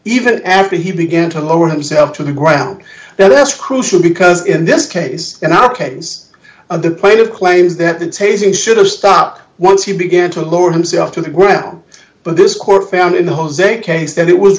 even after he began to lower himself to the ground that's crucial because in this case in our case of the plate of claims that the taser should have stopped once he began to lower himself to the ground but this court found in the jose case that it was